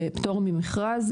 בפטור ממכרז,